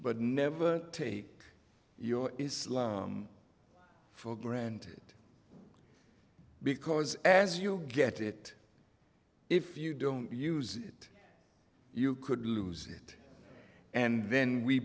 but never take your islam for granted because as you get it if you don't use it you could lose it and then we